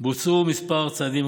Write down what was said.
בוצעו כמה צעדים,